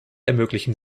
ermöglichen